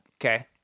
Okay